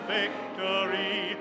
victory